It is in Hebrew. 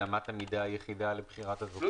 אמת המידה היחידה לבחירת הזוכים --- לו